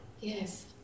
yes